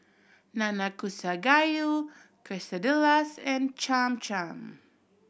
Nanakusa Gayu Quesadillas and Cham Cham